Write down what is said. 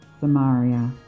Samaria